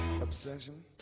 obsession